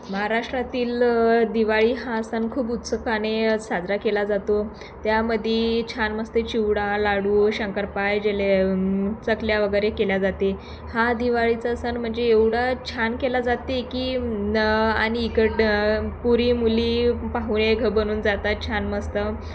महाराष्ट्रातील दिवाळी हा सण खूप उत्सुकाने साजरा केला जातो त्यामध्ये छान मस्त चिवडा लाडू शंकरपाळी जले चकल्या वगैरे केल्या जाते हा दिवाळीचा सण म्हणजे एवढा छान केला जाते की न आणि इकडं पुरी मुली पाहुणे घं बनवून जातात छान मस्त